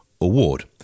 Award